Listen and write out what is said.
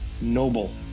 noble